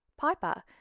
Piper